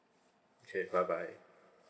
okay bye bye